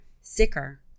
sicker